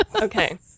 Okay